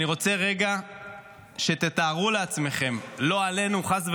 אני רוצה רגע שתתארו לעצמכם, לא עלינו, חס וחלילה,